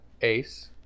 Ace